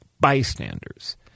bystanders